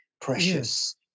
precious